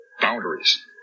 boundaries